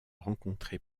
rencontrer